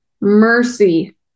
mercy